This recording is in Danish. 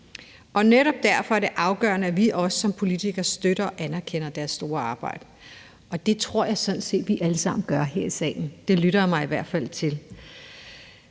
Netop derfor er det afgørende, at vi også som politikere støtter og anerkender deres store arbejde, og det tror jeg sådan set vi alle sammen gør her i salen. Det lytter jeg mig i hvert fald til.